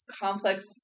complex